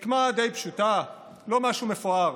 רקמה די פשוטה, לא משהו מפואר,